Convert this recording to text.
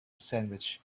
sandwich